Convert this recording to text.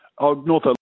North